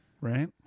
Right